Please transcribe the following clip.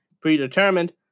predetermined